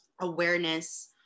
awareness